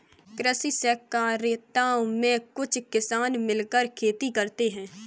कृषि सहकारिता में कुछ किसान मिलकर खेती करते हैं